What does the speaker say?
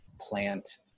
plant